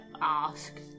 ask